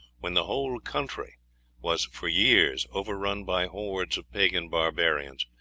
when the whole country was for years overrun by hordes of pagan barbarians,